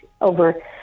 over